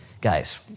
Guys